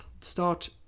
start